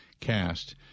cast